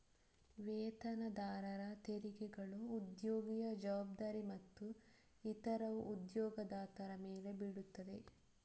ವೇತನದಾರರ ತೆರಿಗೆಗಳು ಉದ್ಯೋಗಿಯ ಜವಾಬ್ದಾರಿ ಮತ್ತು ಇತರವು ಉದ್ಯೋಗದಾತರ ಮೇಲೆ ಬೀಳುತ್ತವೆ